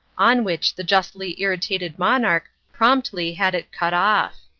on which the justly irritated monarch promptly had it cut off.